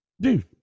Dude